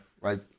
right